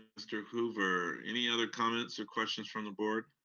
mr. hoover. any other comments or questions from the board?